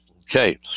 Okay